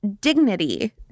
dignity